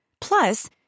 Plus